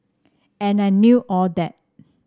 and I knew all that